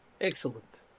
Excellent